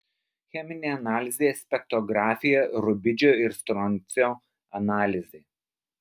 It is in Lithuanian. cheminė analizė spektrografija rubidžio ir stroncio analizė